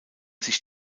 sich